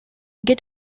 get